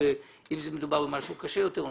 ואם מדובר במשהו קשה יותר,